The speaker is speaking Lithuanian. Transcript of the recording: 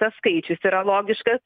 tas skaičius yra logiškas